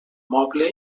moble